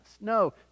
No